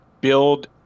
build